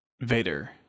Vader